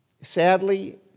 Sadly